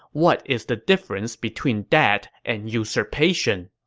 what is the difference between that and usurpation?